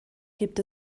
gibt